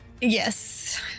Yes